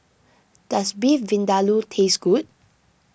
does Beef Vindaloo taste good